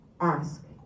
ask